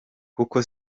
koko